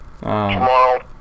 tomorrow